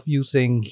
using